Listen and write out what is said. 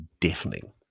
deafening